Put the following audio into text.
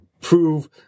prove